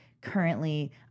currently